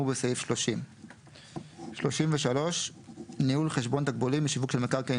בסעיף 30. ניהול חשבון תקבולים משיווק של מקרקעין